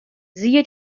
siehe